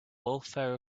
welfare